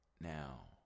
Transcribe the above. Now